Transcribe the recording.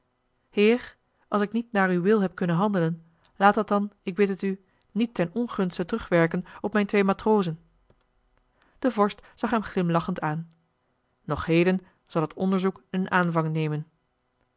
heer als ik niet naar uw wil heb kunnen handelen laat dat dan ik bid het u niet ten ongunste terugwerken op mijn twee matrozen de vorst zag hem glimlachend aan nog heden zal het onderzoek een aanvang nemen